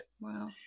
Wow